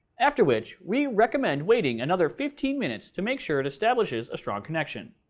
after which, we recommend waiting another fifteen minutes to make sure it establishes a strong connection.